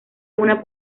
una